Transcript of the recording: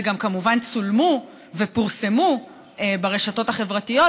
וגם כמובן צולמו ופורסמו ברשתות החברתיות,